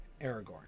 Aragorn